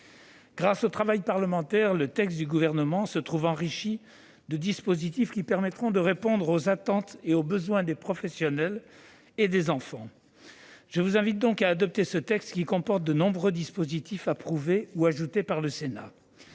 Grâce au travail parlementaire, le texte du Gouvernement se trouve enrichi de dispositifs qui permettront de répondre aux attentes et aux besoins des professionnels et des enfants. Je vous invite donc à adopter ce texte, qui comporte de nombreux dispositifs approuvés ou ajoutés par le Sénat.